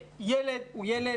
ילד הוא ילד.